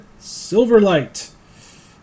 Silverlight